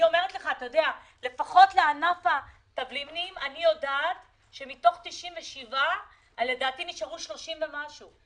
בענף התבלינים מתוך 97 נשארו שלושים ומשהו,